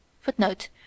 Footnote